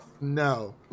No